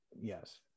yes